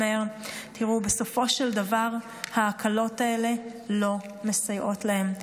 אומר: בסופו של דבר ההקלות האלה לא מסייעות להם.